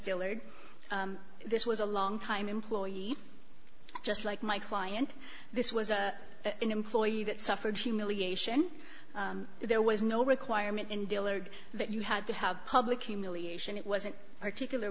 dillard this was a longtime employee just like my client this was an employee that suffered humiliation there was no requirement in dealers that you had to have public humiliation it was a particular